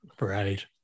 Right